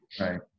Right